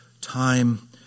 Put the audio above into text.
time